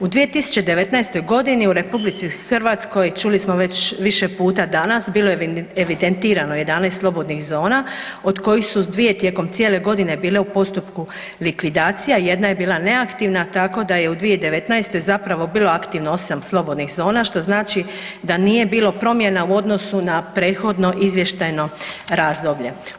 U 2019. g. u RH čuli smo već više puta danas, bilo je evidentirano 11 slobodnih zona, od kojih su 2 tijekom cijele godine bile u postupku likvidacije, jedna je bila neaktivna, tako da je u 2019. zapravo bilo aktivno 8 slobodnih zona, što znači da nije bilo promjena u odnosu na prethodno izvještajno razdoblje.